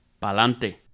Palante